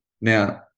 Now